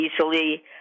easily